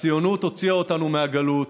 הציונית הוציאה אותנו מהגלות.